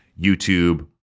YouTube